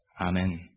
Amen